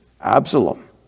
Absalom